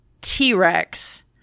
T-Rex